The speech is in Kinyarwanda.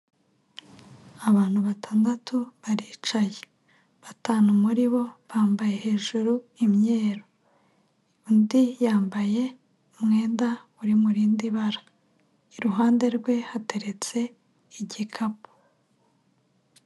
Abantu batandatu baricaye batanu muri bo bambaye hejuru imyeru undi yambaye umwenda uri mu rindi bara iruhande rwe hateretse igikapu.